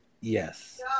yes